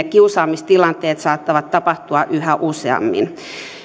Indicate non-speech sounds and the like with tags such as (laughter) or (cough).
(unintelligible) kiusaamistilanteita saattaa tapahtua yhä useammin